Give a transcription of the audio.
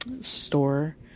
store